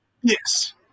Yes